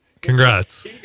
Congrats